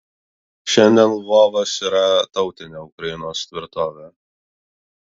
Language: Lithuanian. šiandien lvovas yra tautinė ukrainos tvirtovė